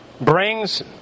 Brings